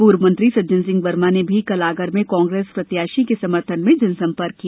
पूर्व मंत्री सज्जन सिंह वर्मा ने भी कल आगर में कांग्रेस प्रत्याशी के समर्थन में जनसंपर्क किया